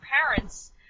parents